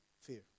fear